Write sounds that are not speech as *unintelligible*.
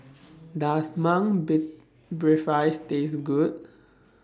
Does Mung *unintelligible* Taste Good